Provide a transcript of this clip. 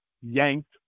yanked